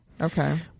Okay